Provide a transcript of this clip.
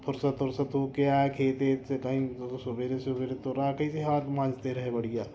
फ़ुर्सत उर्सत हो कर आ के सवेरे सवेरे तो राख़ ही से हाथ मांजते रहें बढ़िया